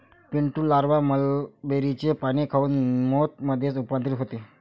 Pintu larva मलबेरीचे पाने खाऊन मोथ मध्ये रूपांतरित होते